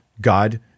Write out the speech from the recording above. God